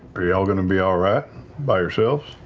are y'all going to be all right by yourselves?